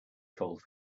cold